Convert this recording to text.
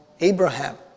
Abraham